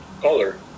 color